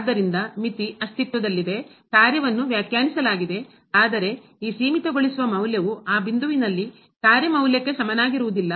ಆದ್ದರಿಂದ ಮಿತಿ ಅಸ್ತಿತ್ವದಲ್ಲಿದೆ ಕಾರ್ಯವನ್ನು ವ್ಯಾಖ್ಯಾನಿಸಲಾಗಿದೆ ಆದರೆ ಈ ಸೀಮಿತಗೊಳಿಸುವ ಮೌಲ್ಯವು ಆ ಬಿಂದುವಿನಲ್ಲಿ ಕಾರ್ಯ ಮೌಲ್ಯಕ್ಕೆ ಸಮನಾಗಿರುವುದಿಲ್ಲ